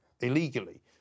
illegally